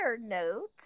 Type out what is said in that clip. note